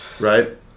right